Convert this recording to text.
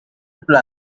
reply